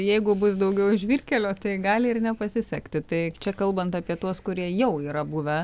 jeigu bus daugiau žvyrkelio tai gali ir nepasisekti tai čia kalbant apie tuos kurie jau yra buvę